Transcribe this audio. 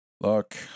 Look